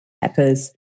peppers